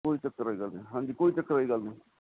ਕੋਈ ਚੱਕਰ ਵਾਲੀ ਗੱਲ ਨਹੀਂ ਹਾਂਜੀ ਕੋਈ ਚੱਕਰ ਵਾਲੀ ਗੱਲ ਨਹੀਂ